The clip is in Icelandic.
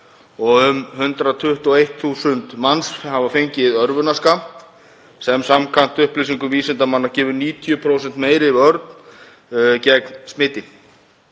og um 121.000 manns hafa fengið örvunarskammt sem samkvæmt upplýsingum vísindamanna gefur 90% meiri vörn gegn smiti.